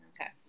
Okay